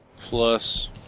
plus